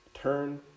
Turn